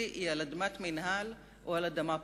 היא על אדמת מינהל או על אדמה פרטית.